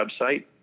website